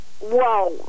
Whoa